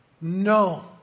No